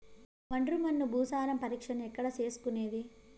ఒండ్రు మన్ను భూసారం పరీక్షను ఎక్కడ చేసుకునేది?